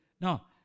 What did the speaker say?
Now